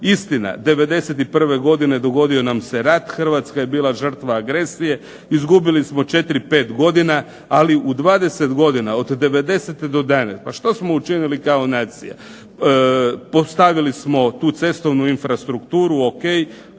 Istina, '91. godine dogodio nam se rat. Hrvatska je bila žrtva agresije. Izgubili smo četiri, pet godina. Ali u 20 godina od devedesete do danas pa što smo učinili kao nacija. Postavili smo tu cestovnu infrastrukturu o.k. čime smo